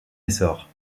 essor